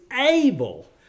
able